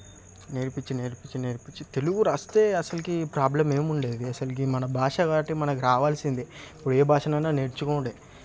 నేర్పించీ నేర్పించీ నేర్పించీ తెలుగు రాస్తే అసలికి ప్రాబ్లమ్ ఏముండేది అసలికి మన భాష కాబట్టి మనకి రావాల్సిందే ఏ భాషనైనా నేర్చుకోండి